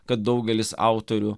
kad daugelis autorių